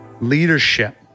leadership